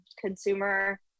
consumer